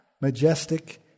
majestic